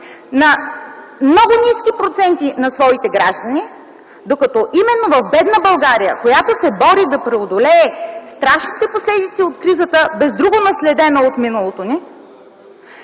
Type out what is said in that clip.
на много ниски проценти на своите граждани, докато именно в бедна България, която се бори да преодолее страшните последици от кризата, без друго наследена от миналото ни,